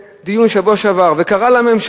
בדיון בשבוע שעבר עמד כאן חבר כנסת וקרא לממשלה,